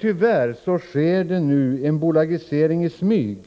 Tyvärr sker nu en ”bolagisering” i smyg,